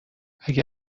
اگه